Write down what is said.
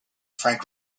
frank